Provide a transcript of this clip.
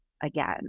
again